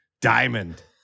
Diamond